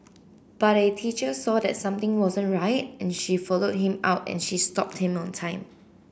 but a teacher saw that something wasn't right and she followed him out and she stopped him on time